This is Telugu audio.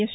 ఎస్